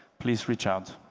please reach out.